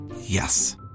Yes